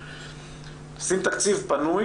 עושים תקציב פנוי